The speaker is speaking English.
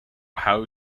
how